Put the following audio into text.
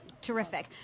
Terrific